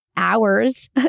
hours